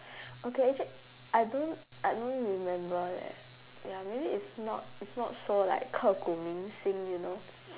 okay actually I don't I don't remember leh ya maybe it's not it's not so like 刻骨铭心 you know